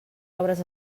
obres